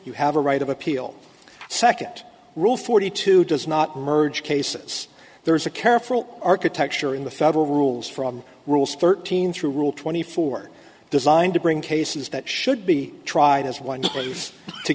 you have a right of appeal second rule forty two does not merge cases there is a careful architecture in the federal rules from rules thirteen through rule twenty four designed to bring cases that should be tried as one t